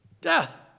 death